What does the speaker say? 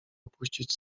opuścić